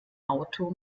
auto